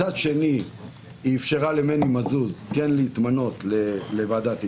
מצד שני היא אפשרה למני מזוז כן להתמנות לוועדת האיתור,